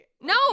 no